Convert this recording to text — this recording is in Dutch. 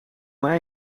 mij